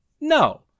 No